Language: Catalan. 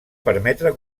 permetre